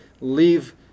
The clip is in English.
leave